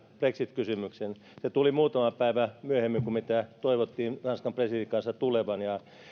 brexit kysymyksen se tuli muutama päivä myöhemmin kuin mitä toivottiin ranskan presidentin kanssa tulevan